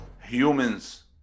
humans